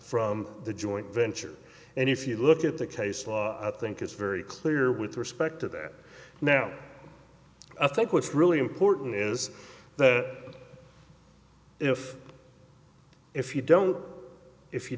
from the joint venture and if you look at the case law i think it's very clear with respect to that now i think what's really important is that if if you don't if you